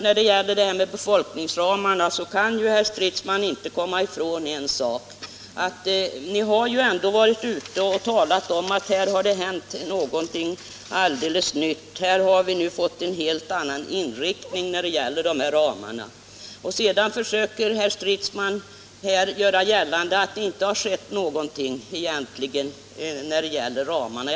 När det gäller befolkningsramarna kan herr Stridsman inte komma ifrån en sak, nämligen att ni har varit ute och talat om att här har det hänt någonting alldeles nytt, här har vi fått en helt annan inriktning i fråga om ramarna. Ändå försöker herr Stridsman göra gällande att det egentligen inte har skett någonting nytt när det gäller ramarna.